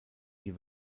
die